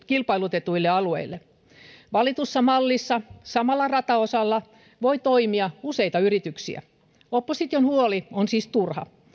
kilpailutetuille alueille valitussa mallissa samalla rataosalla voi toimia useita yrityksiä opposition huoli on siis turha